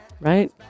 right